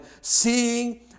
seeing